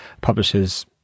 publishers